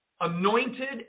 anointed